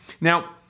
Now